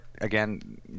again